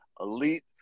elite